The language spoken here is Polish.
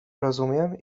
rozumiem